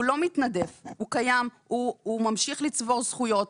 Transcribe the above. הוא לא מתנדף אלא הוא קיים והוא ממשיך לצבור זכויות,